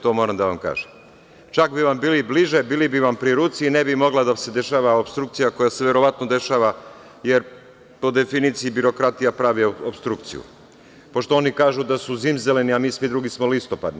To moram da vam kažem, čak bi vam bili bliže, bili bi vam pri ruci i ne bi mogla da se dešava opstrukcija, koja se verovatno dešava, jer po definiciji birokratija pravi opstrukciju, pošto oni kažu da su zimzeleni, a mi svi drugi smo listopadni.